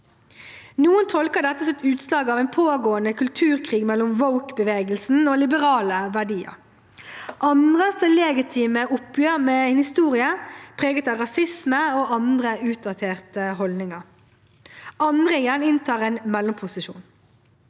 Noen tolker dette som utslag av en pågående kulturkrig mellom «woke»-bevegelsen og liberale verdier, andre tolker det som legitime oppgjør med en historie preget av rasisme og andre utdaterte holdninger. Andre igjen inntar en mellomposisjon.